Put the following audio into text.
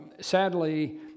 sadly